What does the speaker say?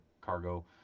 cargo